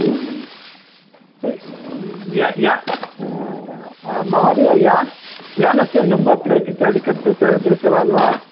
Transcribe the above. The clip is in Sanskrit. य या महोदय यान् यानस्य नम्बर् प्लेट् इत्यादिकं तत्र दृष्टवान् वा